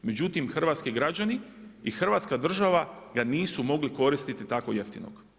Međutim, hrvatski građani i Hrvatska država ga nisu mogli koristiti tako jeftinog.